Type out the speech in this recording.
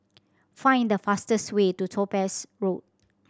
find the fastest way to Topaz Road